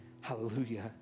Hallelujah